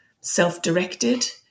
self-directed